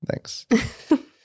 Thanks